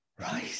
right